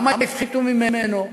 כמה הפחיתו ממנו,